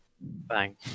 Bang